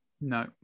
No